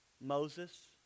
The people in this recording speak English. Moses